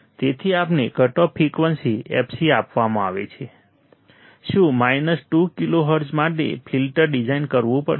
તેથી આપણે cut off frequency fc આપવામાં આવે છે શું 2 કિલોહર્ટ્ઝ માટે ફિલ્ટર ડિઝાઇન કરવું પડશે